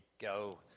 go